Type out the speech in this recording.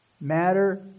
Matter